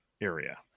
area